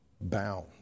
bound